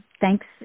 thanks